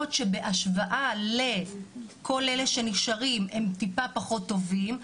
שבהשוואה לכל אלה שנשארים הם טיפה פחות טובים.